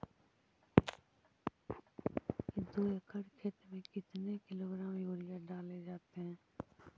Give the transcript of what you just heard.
दू एकड़ खेत में कितने किलोग्राम यूरिया डाले जाते हैं?